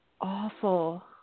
awful